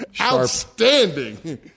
Outstanding